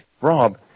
Rob